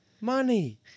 money